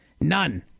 None